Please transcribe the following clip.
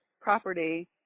property